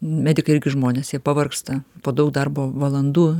medikai irgi žmonės jie pavargsta po daug darbo valandų